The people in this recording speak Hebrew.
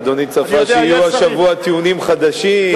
אדוני צפה שיהיו השבוע טיעונים חדשים,